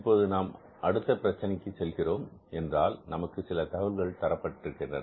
இப்போது நாம் அடுத்த பிரச்சனைக்கு செல்கிறோம் என்றால் நமக்கு சில தகவல்கள் தரப்பட்டிருக்கின்றன